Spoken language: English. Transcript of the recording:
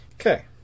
Okay